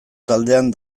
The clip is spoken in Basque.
taldean